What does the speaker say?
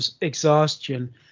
exhaustion